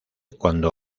cuando